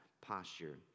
posture